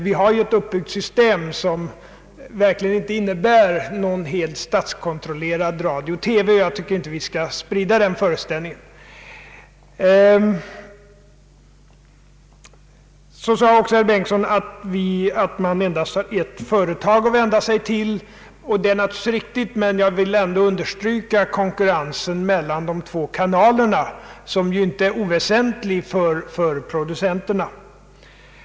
Vi har ett uppbyggt system som verkligen inte innebär nå gon helt statskontrollerad radio och TV, och jag tycker inte att vi skall sprida den felaktiga föreställningen. Herr Bengtson sade vidare att man endast har ett företag att vända sig till. Det är naturligtvis riktigt, men jag vill ändå understryka konkurrensen mellan de två kanalerna, som ju inte är oväsentlig för producenterna.